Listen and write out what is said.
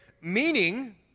Meaning